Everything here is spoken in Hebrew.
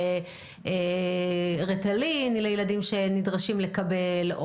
ריטלין לילדים שנדרשים לקבל,